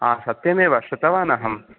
आ सत्यमेव श्रुतवान् अहम्